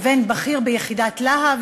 לבין בכיר ביחידת "להב",